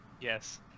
Yes